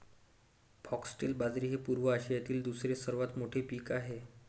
foxtail बाजरी हे पूर्व आशियातील दुसरे सर्वात मोठे पीक आहे